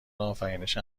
آفرینش